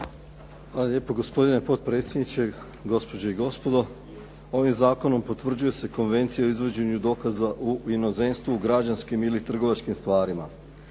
Hvala lijepo, gospodine potpredsjedniče. Gospođe i gospodo. Koliko vidim, Zakon o potvrđivanju Konvencije o izvođenju dokaza u inozemstvu građanskim ili trgovačkim stvarima